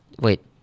Wait